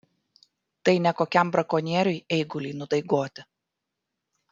tai ne kokiam brakonieriui eigulį nudaigoti